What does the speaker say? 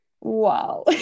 Wow